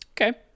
okay